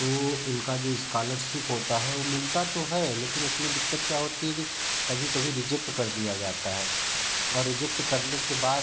तो उनका जो इस्कालरसिप होता है वो मिलता तो है लेकिन उसमें दिक्कत क्या होती है कि कभी कभी रिजेक्ट कर दिया जाता है और रिजेक्ट करने के बाद